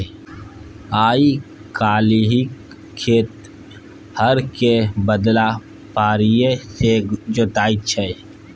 आइ काल्हि खेत हरक बदला फारीए सँ जोताइ छै